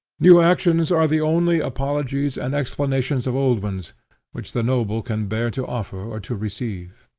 new actions are the only apologies and explanations of old ones which the noble can bear to offer or to receive.